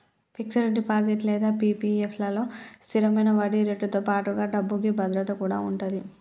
fixed deposit లేదా PPF లలో స్థిరమైన వడ్డీరేటుతో పాటుగా డబ్బుకి భద్రత కూడా ఉంటది